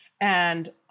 and-